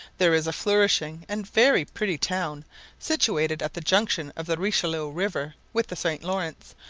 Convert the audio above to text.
there is a flourishing and very pretty town situated at the junction of the richelieu river with the st. laurence,